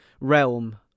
realm